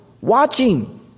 watching